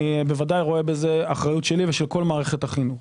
ודאי רואה בכך אחריות שלי ושל כל מערכת החינוך.